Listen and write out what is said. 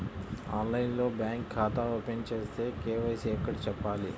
ఆన్లైన్లో బ్యాంకు ఖాతా ఓపెన్ చేస్తే, కే.వై.సి ఎక్కడ చెప్పాలి?